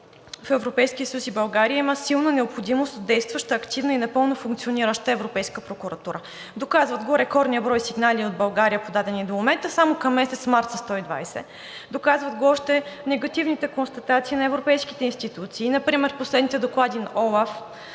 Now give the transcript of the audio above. в Европейския съюз България има силна необходимост от действаща активна и напълно функционираща Европейска прокуратура, доказват го рекордният брой сигнали от България, подадени до момента – само към месец март са 120. Доказват го още негативните констатации на европейските институции, например последните доклади на ОЛАФ.